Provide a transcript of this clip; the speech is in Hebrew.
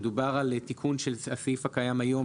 מדובר על תיקון של הסעיף שקיים היום,